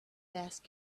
ask